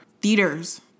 theaters